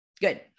good